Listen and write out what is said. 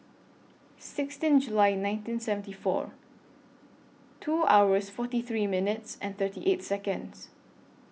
sixteen July nineteen seventy four two hours forty three minutes and thirty eight Seconds